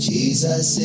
Jesus